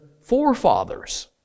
forefathers